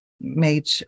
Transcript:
made